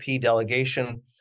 delegation